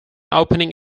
opening